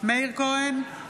מאיר כהן,